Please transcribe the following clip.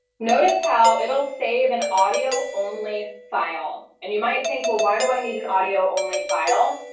notice how it'll save an audio only file. and you might say, well, why do i need an audio only file?